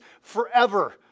forever